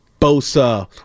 Bosa